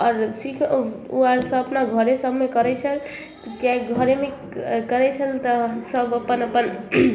आओर सीख ओ आर सभ अपना घरेसँ हमलोग करै छल किएकि घरेमे करै छल तऽ हमसभ अपन अपन